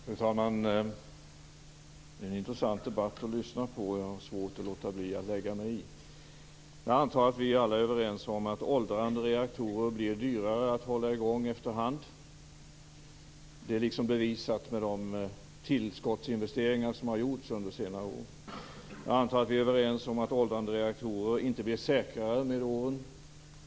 Fru talman! Det är en intressant debatt att lyssna på, och jag har svårt att låta bli att lägga mig i. Jag antar att vi alla är överens om att åldrande reaktorer blir dyrare att hålla i gång efter hand. Det är bevisat med de tillskottsinvesteringar som har gjorts under senare år. Jag antar att vi är överens om att åldrande reaktorer inte blir säkrare med åren.